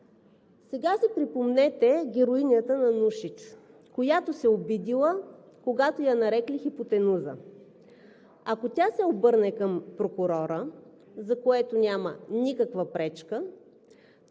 Сега си припомнете героинята на Нушич, която се обидила, когато я нарекли хипотенуза. Ако тя се обърне към прокурора, за което няма никаква пречка,